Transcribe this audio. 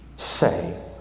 Say